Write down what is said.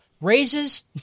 Raises